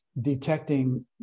detecting